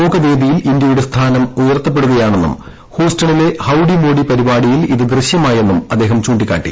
ലോകവേദിയിൽ ഇന്ത്യയുടെ സ്ഥാനം ഉയർത്തപ്പെടുകയാണെന്നും ഏൂസ്റ്റുണ്ടിലെ ഹൌഡി മോഡി പരിപാടിയിൽ ഇത് ദൃശ്യമായെന്നും ആദ്ദേഹം ചൂണ്ടിക്കാട്ടി